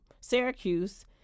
Syracuse